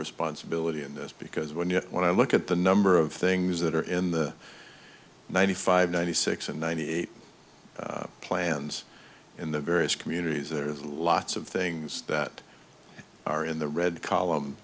responsibility in this because when you when i look at the number of things that are in the ninety five ninety six and ninety eight plans in the various communities there's lots of things that are in the red column